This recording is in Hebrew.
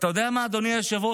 ואתה יודע מה, אדוני היושב-ראש?